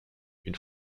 une